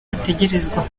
bategerezwa